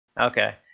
Okay